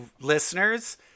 listeners